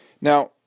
now